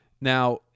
Now